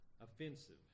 offensive